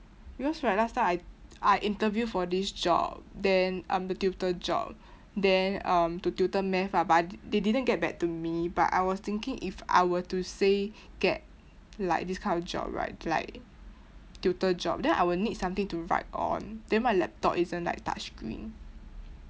because right last time I I interview for this job then um the tutor job then um to tutor math ah but I they didn't get back to me but I was thinking if I were to say get like this kind of job right like tutor job then I would need something to write on then my laptop isn't like touchscreen